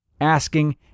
asking